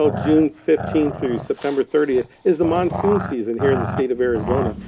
so june fifteenth through september thirtieth is the monsoon season here in the state of arizona.